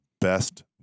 best